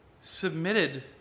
submitted